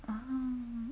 oh